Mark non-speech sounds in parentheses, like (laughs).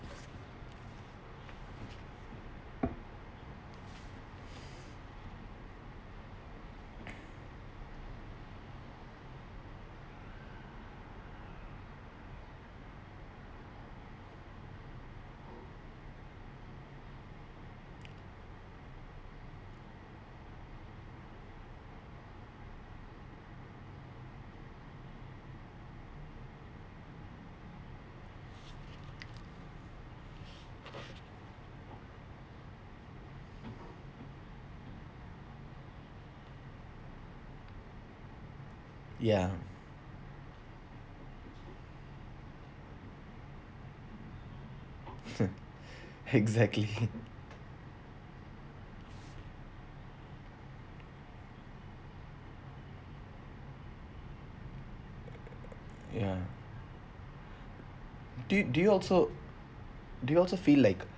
ya (laughs) exactly ya do do you also do you also feel like